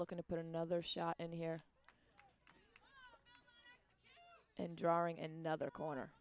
looking to put another shot and here and drawing and other corner